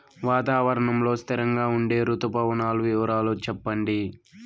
వాతావరణం లో స్థిరంగా ఉండే రుతు పవనాల వివరాలు చెప్పండి?